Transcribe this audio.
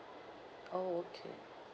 oh okay